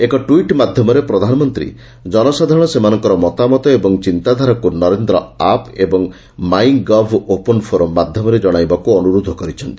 ଏକ ଟୁଇଟ୍ ମାଧ୍ଧମରେ ପ୍ରଧାନମନ୍ତୀ ଜନସାଧାରଣ ସେମାନଙ୍କର ମତାମତ ଏବଂ ଚିନ୍ତାଧାରାକୁ ନରେନ୍ଦ୍ର ଆପ୍ ଏବଂ 'ମାଇଁ ଗଭ୍ ଓପନ ଫୋରମ୍' ମାଧ୍ଧମରେ ଜଣାଇବାକୁ ଅନୁରୋଧ କରିଛନ୍ତି